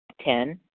Ten